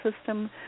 system